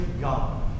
God